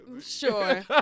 sure